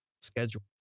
schedule